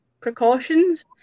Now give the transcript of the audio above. precautions